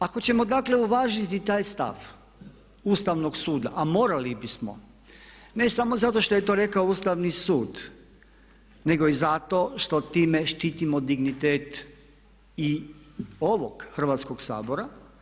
Ako ćemo dakle uvažiti taj stav Ustavnog suda a morali bismo, ne samo zato što je to rekao Ustavni sud, nego i zato što time štitimo dignitet i ovog Hrvatskog sabora.